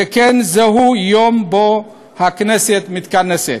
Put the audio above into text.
שכן זהו יום שבו הכנסת מתכנסת.